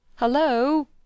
Hello